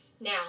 Now